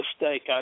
mistake